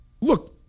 Look